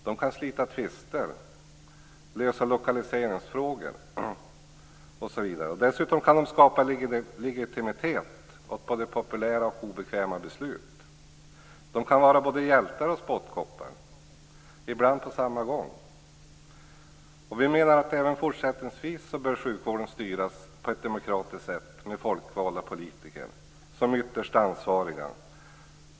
De kan slita tvister och lösa lokaliseringsfrågor, och dessutom kan de skapa legitimitet åt både populära och obekväma beslut. De kan vara både hjältar och spottkoppar, ibland på samma gång. Vi menar att även fortsättningsvis bör sjukvården styras på ett demokratiskt sätt med folkvalda politiker som ytterst ansvariga.